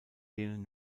denen